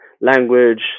language